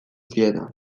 ziena